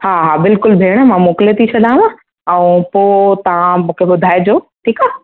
हा हा बिल्कुलु भेण मां मोकिले थी छॾांव ऐं पोइ तव्हां मूंखे ॿुधाइजो ठीकु आहे